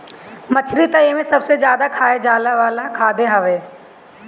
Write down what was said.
मछरी तअ एमे सबसे ज्यादा खाए जाए वाला खाद्य हवे